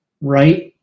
right